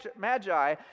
magi